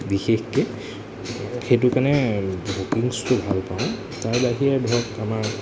বিশেষকৈ সেইটো কাৰণে হকিংছটো ভাল পাওঁ তাৰ বাহিৰে ধৰক আমাৰ